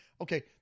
Okay